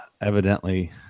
evidently